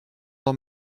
dans